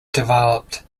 developed